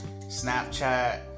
Snapchat